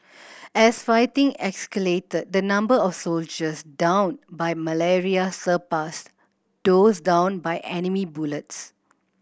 as fighting escalated the number of soldiers downed by malaria surpassed those downed by enemy bullets